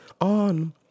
on